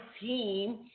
team